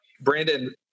Brandon